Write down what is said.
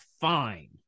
fine